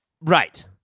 Right